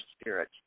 spirit